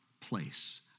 place